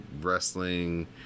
wrestling